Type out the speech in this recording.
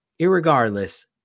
irregardless